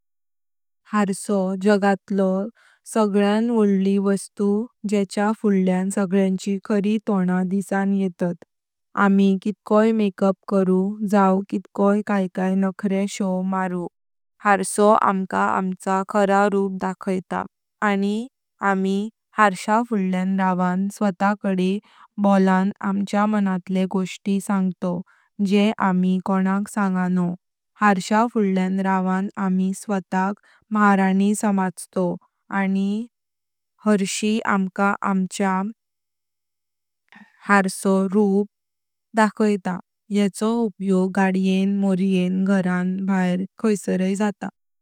हरसो जगतलो सगळ्यान वडली वस्तु जेष्ठ्या फुडल्यान सांगल्यानी खारी तोण दिसां येतात। आमी कितकोई मेकअप करु जाव कितकोव काय काय नखरे शो मारू हरसो आमका आमचा खारा रुप दाखोवता आनी आमी हरसा फुडल्यान रवण स्वाताकडे बोलन आमच्या मनातले गोष्टी सांगतोव जे आमी कोणाक सांगणोव। हरसा फुडल्यान रवण आमी स्वातक महाराणी समजतोव आनी हरशी आमका आमचा रुप दाखोवता। येचो उपयोग गड्येन, मोर्येन, घरान, भायर खैसरय जाता।